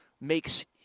makes –